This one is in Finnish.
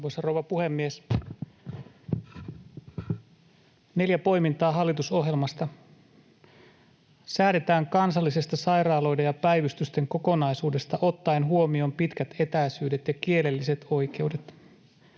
puhemies! Neljä poimintaa hallitusohjelmasta: Säädetään kansallisesta sairaaloiden ja päivystysten kokonaisuudesta ottaen huomioon pitkät etäisyydet ja kielelliset oikeudet.